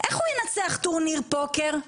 איך הוא ינצח טורניר פוקר?